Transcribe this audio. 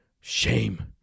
shame